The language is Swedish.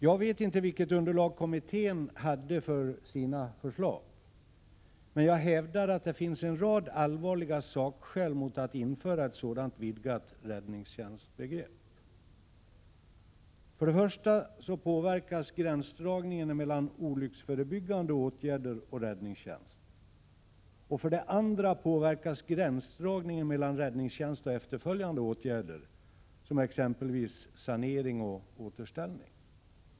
Jag vet inte vilket underlag kommittén hade för sina förslag, men jag hävdar att det finns en rad allvarliga sakskäl mot att införa ett sådant vidgat räddningstjänstbegrepp. För det första påverkas gränsdragningen mellan olycksförebyggande åtgärder och räddningstjänst, och för det andra påverkas gränsdragningen mellan räddningstjänst och efterföljande åtgärder, som exempelvis sanering och återställning.